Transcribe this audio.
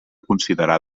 considerar